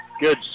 Good